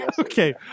Okay